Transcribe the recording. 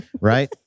Right